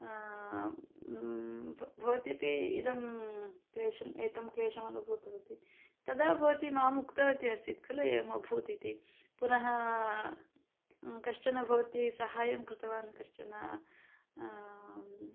भ भवती अपि इदं क्लेशम् एतं क्लेशमानुभूतवती तदा भवती मामुक्तवती आसीत् खलु एवमभूत् इति पुनः कश्चन भवती सहायं कृतवान् कश्चन